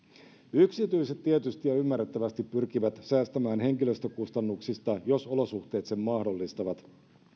yksityiset tietysti ja ymmärrettävästi pyrkivät säästämään henkilöstökustannuksista jos olosuhteet sen mahdollistavat